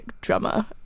drummer